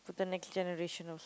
for the next generation also